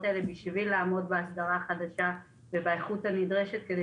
האלה בשביל לעמוד בהסדרה החדשה ובאיכות הנדרשת כדי